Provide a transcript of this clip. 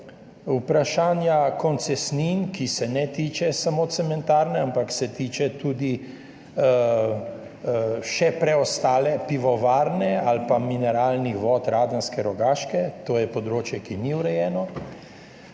vprašanja koncesnin, ki se ne tiče samo cementarne, ampak se tiče tudi še preostale pivovarne ali pa mineralnih vod, Radenske, Rogaške, to je področje, ki ni urejeno,